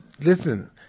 listen